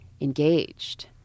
engaged